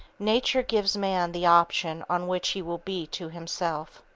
nature gives man the option on which he will be to himself.